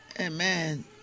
Amen